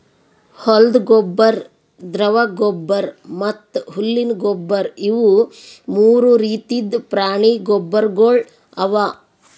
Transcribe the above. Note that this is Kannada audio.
ಹೊಲ್ದ ಗೊಬ್ಬರ್, ದ್ರವ ಗೊಬ್ಬರ್ ಮತ್ತ್ ಹುಲ್ಲಿನ ಗೊಬ್ಬರ್ ಇವು ಮೂರು ರೀತಿದ್ ಪ್ರಾಣಿ ಗೊಬ್ಬರ್ಗೊಳ್ ಅವಾ